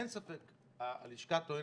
אין ספק שהלשכה טוענת,